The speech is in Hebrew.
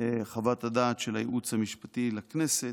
חוות הדעת של הייעוץ המשפטי לכנסת,